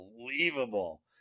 unbelievable